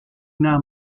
now